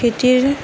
খেতিৰ